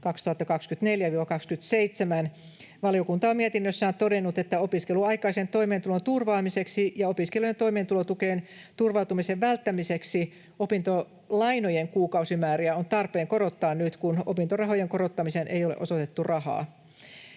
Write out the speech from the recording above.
2024—27. Valiokunta on mietinnössään todennut, että opiskeluaikaisen toimeentulon turvaamiseksi ja opiskelijoiden toimeentulotukeen turvautumisen välttämiseksi opintolainojen kuukausimääriä on tarpeen korottaa nyt, kun opintorahojen korottamiseen ei ole osoitettu rahaa.